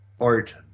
art